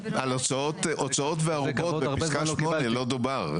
על הוצאות וערובות בפסקה (8) לא דובר.